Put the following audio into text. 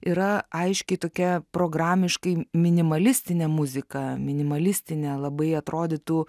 yra aiškiai tokia programiškai minimalistinė muzika minimalistinė labai atrodytų